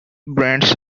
brands